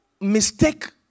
mistake